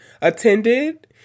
attended